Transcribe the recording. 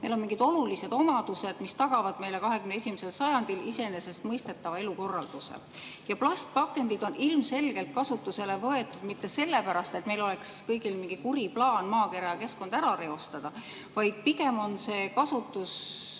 neil on mingid olulised omadused, mis tagavad meile 21. sajandil iseenesestmõistetava elukorralduse. Ja plastpakendid on ilmselgelt kasutusele võetud mitte sellepärast, et meil oleks kõigil mingi kuri plaan maakera ja keskkond ära reostada, vaid pigem on see kasutus